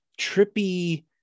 trippy